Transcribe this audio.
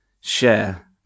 Share